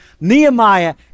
Nehemiah